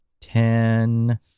ten